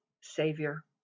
Savior